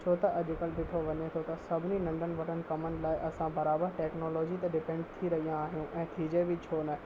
छो त अॼुकल्ह ॾिठो वञे थो त सभिनी नंढनि वॾनि कमनि लाइ असां बराबरि टेक्नोलॉजी ते डिपेंड थी रहिया आहियूं ऐं थीजे बि छो न